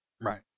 Right